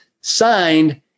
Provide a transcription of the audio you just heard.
Signed